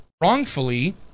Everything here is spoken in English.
wrongfully